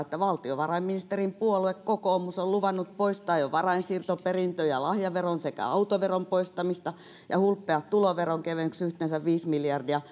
näin valtiovarainministerin puolue kokoomus on luvannut poistaa jo varainsiirto perintö ja lahjaveron sekä autoveron poistamista ja hulppeat tuloveronkevennykset yhteensä viisi miljardia